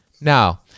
now